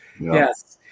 Yes